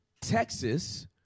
Texas